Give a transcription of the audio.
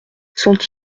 sont